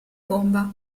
bomba